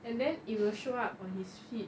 and then it will show up on his feed